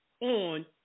on